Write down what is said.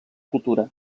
cultura